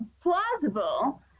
plausible